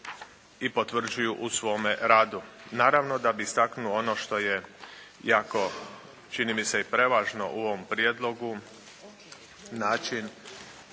i potvrđuju u svome radu. Naravno da bih istaknuo ono što je jako čini mi se i prevažno u ovom Prijedlogu, način